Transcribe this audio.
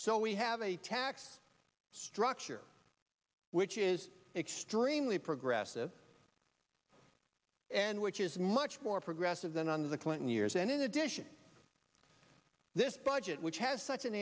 so we have a tax structure which is extremely progressive and which is much more progressive than under the clinton years and in addition this budget which has such an